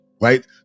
right